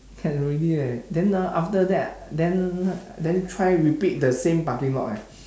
can already leh then ah after that then then try repeat the same parking lot eh